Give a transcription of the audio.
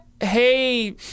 hey